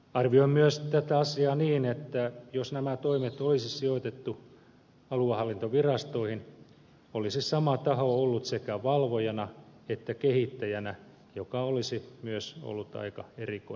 arvioin myös tätä asiaa niin että jos nämä toimet olisi sijoitettu aluehallintovirastoihin olisi sama taho ollut sekä valvojana että kehittäjänä mikä olisi myös ollut aika erikoinen tilanne